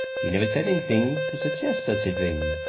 he never said anything to suggest such a thing.